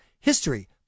history